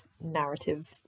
narrative